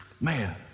man